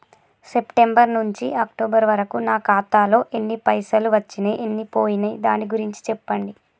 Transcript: September నుంచి October వరకు నా ఖాతాలో ఎన్ని పైసలు వచ్చినయ్ ఎన్ని పోయినయ్ దాని గురించి చెప్పండి?